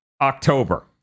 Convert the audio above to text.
October